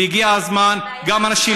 והגיע הזמן שגם אנשים,